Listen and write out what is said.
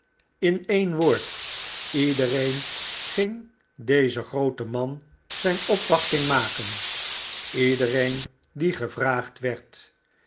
in een woord iedereen ging dezen grooten man zijn opwachting maken iedereen die gevraagd werd